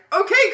okay